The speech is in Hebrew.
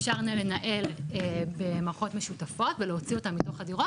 אפשר לנהל במערכות משותפות ולהוציא אותן מתוך הדירות,